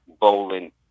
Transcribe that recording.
bowling